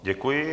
Děkuji.